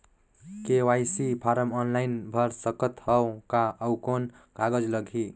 KYC form online भर सकत हवं का? अउ कौन कागज लगही?